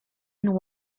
and